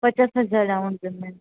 પચાસ હજાર down payment